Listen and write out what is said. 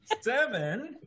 Seven